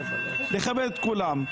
לכבד את כולם,